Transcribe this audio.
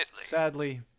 Sadly